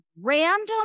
random